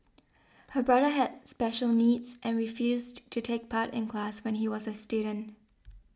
her brother had special needs and refused to take part in class when he was a student